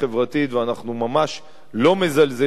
ואנחנו ממש לא מזלזלים בה,